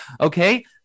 Okay